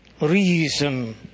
reason